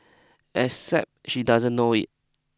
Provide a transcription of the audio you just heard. except she doesn't know it